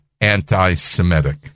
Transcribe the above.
anti-Semitic